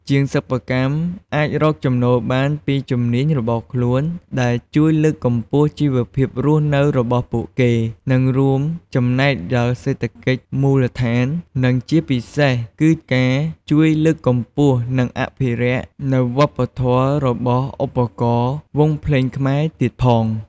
ជាងសិប្បកម្មអាចរកចំណូលបានពីជំនាញរបស់ខ្លួន ដែលជួយលើកកម្ពស់ជីវភាពរស់នៅរបស់ពួកគេ និងរួមចំណែកដល់សេដ្ឋកិច្ចមូលដ្ឋាន និងជាពិសេសគឺការជួយលើកកម្ពស់និងអភិរក្សនៅវប្បធម៌របស់ឧបករណ៍វង់ភ្លេងខ្មែរទៀតផង។